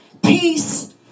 Peace